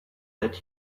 that